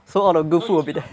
so all the good food will be there